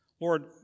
Lord